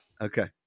Okay